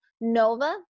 Nova